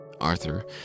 Arthur